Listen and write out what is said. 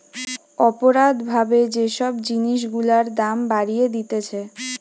অপরাধ ভাবে যে সব জিনিস গুলার দাম বাড়িয়ে দিতেছে